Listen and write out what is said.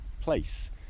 place